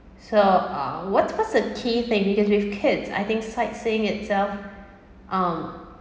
so ah what's what's the key thing because with kids I think sightseeing itself um